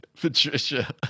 Patricia